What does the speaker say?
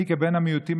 אני כבן מיעוטים,